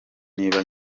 niba